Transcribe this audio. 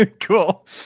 cool